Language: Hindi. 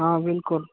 हाँ बिल्कुल